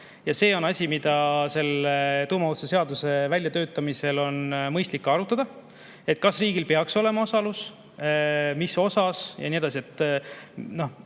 ja see on asi, mida selle tuumaohutuse seaduse väljatöötamisel on mõistlik arutada, kas riigil peaks olema osalus, mis osas ja nii edasi.